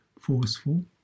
forceful